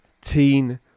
teen